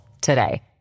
today